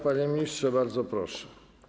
Panie ministrze, bardzo proszę.